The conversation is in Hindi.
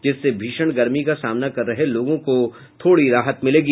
जिससे भीषण गर्मी का सामना कर रहे लोगों को थोड़ी राहत मिलेगी